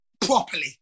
Properly